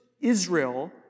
Israel